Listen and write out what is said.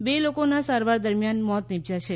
બે લોકોનાં સારવાર દરમિયાન મોત નિપજ્યાં છે